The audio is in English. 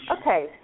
Okay